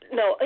no